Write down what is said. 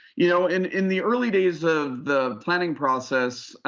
you know in in the early days of the planning process,